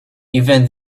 even